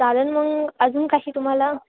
चालेल मग अजून काही तुम्हाला